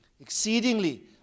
exceedingly